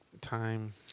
time